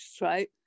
right